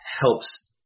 helps